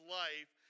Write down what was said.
life